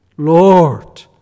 Lord